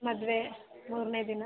ಮದುವೆ ಮೂರನೇ ದಿನ